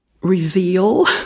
reveal